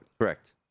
Correct